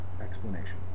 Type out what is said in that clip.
explanation